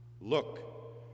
Look